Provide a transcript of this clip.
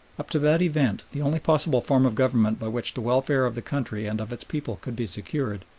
up to that event the only possible form of government by which the welfare of the country and of its people could be secured,